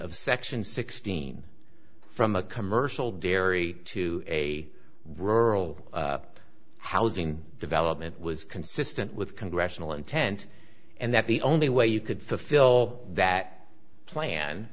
of section sixteen from a commercial dairy to a rural housing development was consistent with congressional intent and that the only way you could fulfill that plan